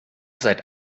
seid